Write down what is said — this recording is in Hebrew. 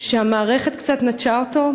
שהמערכת קצת נטשה אותו,